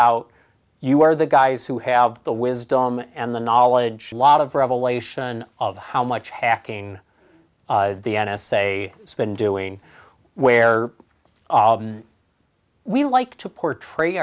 out you are the guys who have the wisdom and the knowledge lot of revelation of how much hacking the n s a been doing where we like to portray